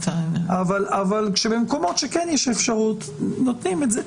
אבל כשכן יש אפשרות נותנים את זה.